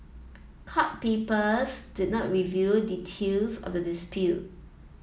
court papers did not reveal details of the dispute